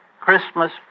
Christmas